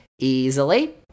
Easily